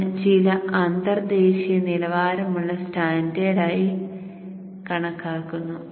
അത് ചില അന്തർദേശീയ നിലവാരമുള്ള സ്റ്റാൻഡേർഡായി കണക്കാക്കുന്നു